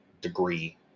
degree